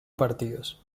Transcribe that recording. partidos